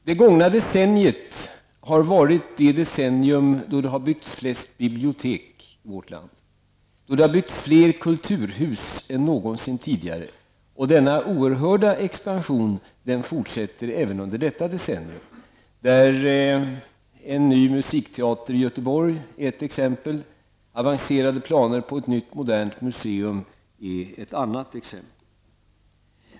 Det gångna decenniet har varit det decennium då det har byggts flest bibliotek i vårt land och fler kulturhus än någonsin tidigare. Denna oerhörda expansion fortsätter även under detta decennium. Ett exempel härpå är en ny musikteater i Göteborg, ett annat exempel är avancerade planer på ett nytt modernt museum.